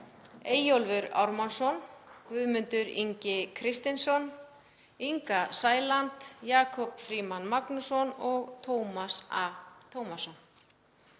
Eyjólfur Ármannsson, Guðmundur Ingi Kristinsson, Inga Sæland, Jakob Frímann Magnússon og Tómas A. Tómasson